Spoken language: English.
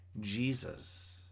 Jesus